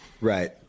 Right